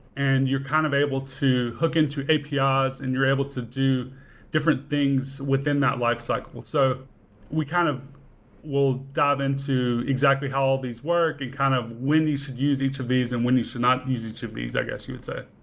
and you're kind of able to hook into apis ah and you're able to do different things within that lifecycle. so we kind of will dive into exactly how all these work and kind of when you should use each of these and when you should not use each of these, i guess you would say.